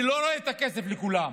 אני לא רואה את הכסף לכולם,